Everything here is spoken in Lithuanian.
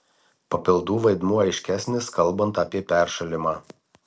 papildų vaidmuo aiškesnis kalbant apie peršalimą